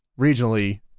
regionally